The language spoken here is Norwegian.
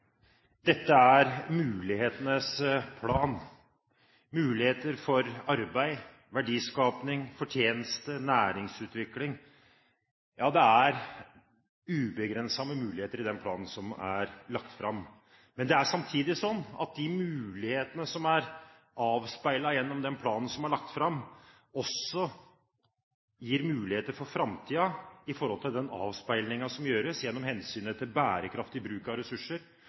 Dette er mulighetenes plan, muligheter for arbeid, verdiskaping, fortjeneste og næringsutvikling, ja det er ubegrenset med muligheter i den planen som er lagt fram. Men det er samtidig sånn at de mulighetene som er avspeilet gjennom den planen som er lagt fram, også gir muligheter for framtiden med hensyn til bærekraftig bruk av ressurser,